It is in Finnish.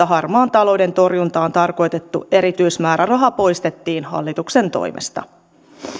harmaan talouden torjuntaan tarkoitettu erityismääräraha poistettiin hallituksen toimesta